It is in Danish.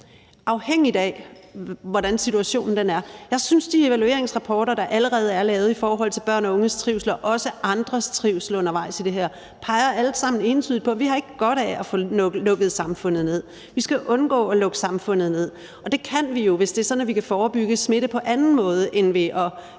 afhængigt af, hvordan situationen er. Jeg synes, at de evalueringsrapporter, der allerede er lavet i forhold til børn og unges trivsel og også andres trivsel undervejs i det her, alle sammen entydigt peger på, at vi ikke har godt af at få lukket samfundet ned. Vi skal undgå at lukke samfundet ned, og det kan vi jo, hvis det er sådan, at vi kan forebygge smitte på anden måde end ved at